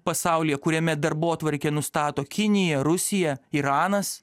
pasaulyje kuriame darbotvarkė nustato kinija rusija iranas